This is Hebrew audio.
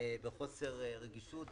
בחוסר רגישות.